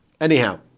Anyhow